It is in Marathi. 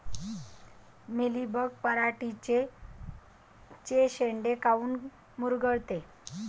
मिलीबग पराटीचे चे शेंडे काऊन मुरगळते?